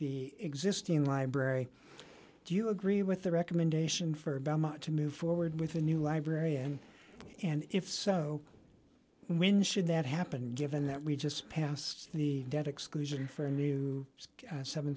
the existing library do you agree with the recommendation for much to move forward with a new librarian and if so when should that happen given that we just passed the debt exclusion for a new seven